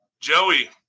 Joey